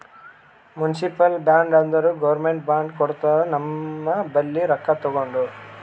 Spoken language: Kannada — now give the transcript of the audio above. ಮುನ್ಸಿಪಲ್ ಬಾಂಡ್ ಅಂದುರ್ ಗೌರ್ಮೆಂಟ್ ಬಾಂಡ್ ಕೊಡ್ತುದ ನಮ್ ಬಲ್ಲಿ ರೊಕ್ಕಾ ತಗೊಂಡು